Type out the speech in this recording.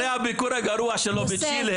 אחרי הביקור הגרוע שלו בצ'ילה,